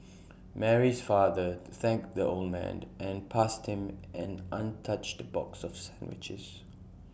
Mary's father thanked the old man and passed him an untouched box of sandwiches